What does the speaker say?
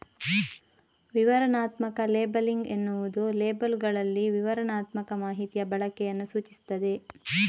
ವಿವರಣಾತ್ಮಕ ಲೇಬಲಿಂಗ್ ಎನ್ನುವುದು ಲೇಬಲ್ಲುಗಳಲ್ಲಿ ವಿವರಣಾತ್ಮಕ ಮಾಹಿತಿಯ ಬಳಕೆಯನ್ನ ಸೂಚಿಸ್ತದೆ